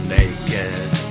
naked